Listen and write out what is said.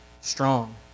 strong